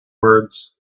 words